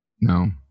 No